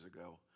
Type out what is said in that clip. ago